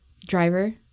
driver